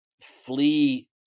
flee